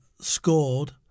scored